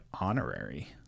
honorary